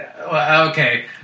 Okay